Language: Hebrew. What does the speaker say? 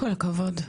כל הכבוד.